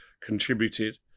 contributed